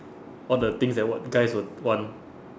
all the things that what guys would want